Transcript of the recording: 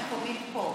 תעביר את זה לוועדה.